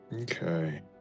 Okay